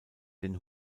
den